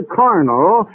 carnal